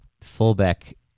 Fullback